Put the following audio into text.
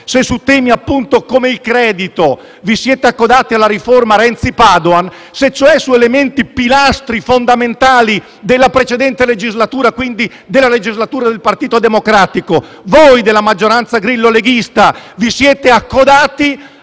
se su temi come il credito, appunto, vi siete accodati alla riforma Renzi-Padoan, se, cioè, su elementi pilastro, fondamentali, della precedente legislatura, in cui governava il Partito Democratico, voi della maggioranza grillo-leghista vi siete accodati,